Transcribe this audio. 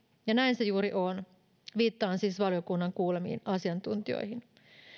ja näin se juuri on viittaan siis valiokunnan kuulemiin asiantuntijoihin